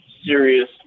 serious